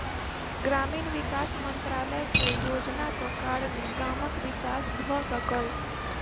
ग्रामीण विकास मंत्रालय के योजनाक कारणेँ गामक विकास भ सकल